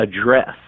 address